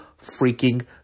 freaking